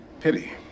Pity